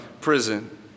prison